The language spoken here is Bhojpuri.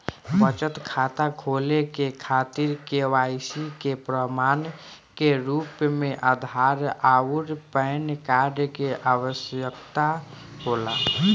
बचत खाता खोले के खातिर केवाइसी के प्रमाण के रूप में आधार आउर पैन कार्ड के आवश्यकता होला